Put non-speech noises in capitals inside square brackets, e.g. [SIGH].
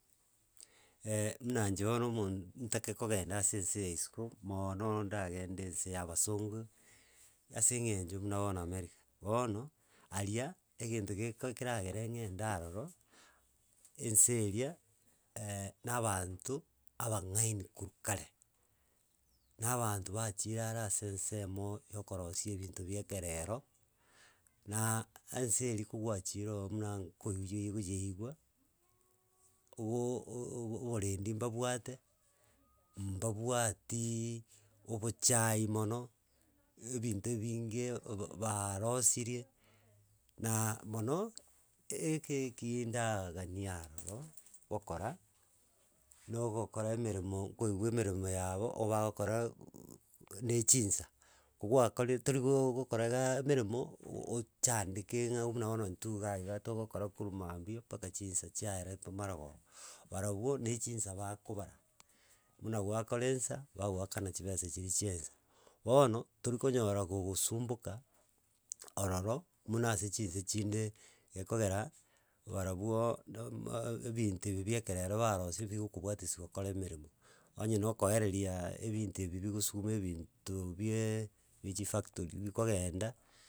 [HESITATION] muna inche bono omo ntake kogenda ase ense ya isiko, mooono ndagende ense ya abasongo, ase eng'encho buna bono america. Bono, aria egento geko keragere ng'ende aroro ense eria, [HESITATION] na absnto abang'aini korwa kare, na abanto baachire are ase ensemooo ya okorosia ebento bia ekerero, naa ense eria ko gwachire oo muna nko yoigwa yeigwa obooo o- o oborendi mbabwate mbabwatiii obochai mono ebinto ebinge ogo baaarosorie na mono, eke kindagaaania aroro gokora na ogokora emeremo nkoigwa emeremo yabo obagokora uuuuh na echinsa, kogwakorire tori goooo gokora ga emeremo, ochandeke ng'a buna bono intwe iga iga togokora korwa mambia mpaka chinsa chiare po maragoba. Barabwo na echinsa bakobara buna gwakora ensa bagoakana chibesa chiria chia ensa. Bono, torikonyora gogosumboka ororo muna ase chinse chinde gekogera barabwo nama ebinto ebio bia ekerero barosirie bigokobwatesia gokora emeremo, onye na okoereria ebinto ebi bigosuguma ebinto bieee bie chifactory bikongenda.